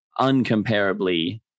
uncomparably